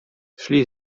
szli